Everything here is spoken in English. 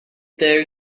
there